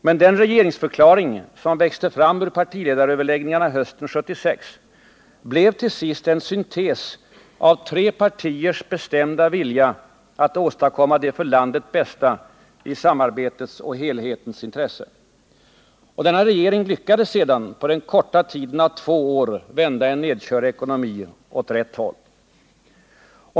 Men den regeringsförklaring som växte fram ur partiledaröverläggningarna hösten 1976 blev till sist en syntes av tre partiers bestämda vilja att åstadkomma det för landet bästa i samarbetets och helhetens intresse. Och denna regering lyckades sedan på den korta tiden av två år vända en nedkörd ekonomi åt rätt håll.